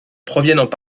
proviennent